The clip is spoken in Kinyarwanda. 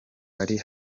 ari